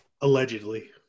allegedly